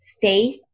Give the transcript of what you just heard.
faith